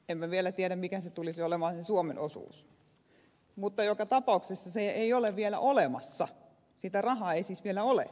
emme vielä tiedä mikä se suomen osuus tulisi olemaan mutta joka tapauksessa sitä ei vielä ole olemassa sitä rahaa ei siis vielä ole